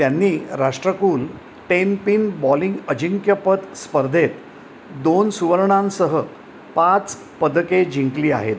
त्यांनी राष्ट्रकुल tenpin bowling अजिंक्यपद स्पर्धेत दोन सुवर्णांसह पाच पदके जिंकली आहेत